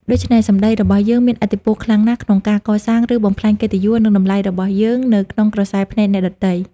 ដូច្នេះ សម្ដីរបស់យើងមានឥទ្ធិពលខ្លាំងណាស់ក្នុងការកសាង ឬបំផ្លាញកិត្តិយស និងតម្លៃរបស់យើងនៅក្នុងក្រសែភ្នែកអ្នកដទៃ។